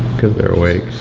cause they're awake.